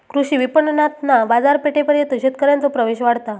कृषी विपणणातना बाजारपेठेपर्यंत शेतकऱ्यांचो प्रवेश वाढता